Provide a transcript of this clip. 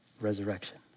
resurrection